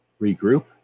regroup